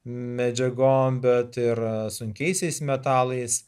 medžiagom bet ir sunkiaisiais metalais